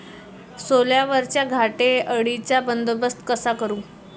सोल्यावरच्या घाटे अळीचा बंदोबस्त कसा करू?